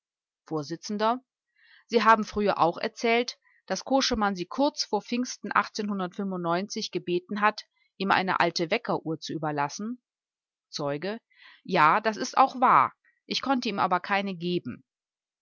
vors sie haben früher auch erzählt daß koschemann sie kurz vor pfingsten gebeten hat ihm eine alte weckeruhr zu überlassen zeuge ja das ist auch wahr ich konnte ihm aber keine geben